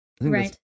Right